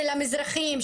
של המזרחים,